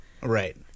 Right